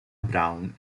brown